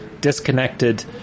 disconnected